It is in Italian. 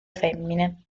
femmine